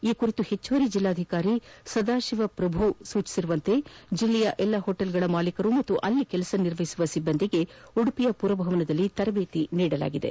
ಈ ಕುರಿತಂತೆ ಹೆಚ್ಚುವರಿ ಜಿಲ್ಲಾಧಿಕಾರಿ ಸದಾಶಿವ ಪ್ರಭು ಸೂಚನೆಯಂತೆ ಜಿಲ್ಲೆಯ ಎಲ್ಲ ಹೋಟೆಲ್ಗಳ ಮಾಲೀಕರು ಮತ್ತು ಅಲ್ಲಿ ಕೆಲಸ ನಿರ್ವಹಿಸುವ ಸಿಬ್ಬಂದಿಗೆ ಉಡುಪಿಯ ಪುರಭವನದಲ್ಲಿ ತರಬೇತಿ ನೀಡಲಾಯಿತು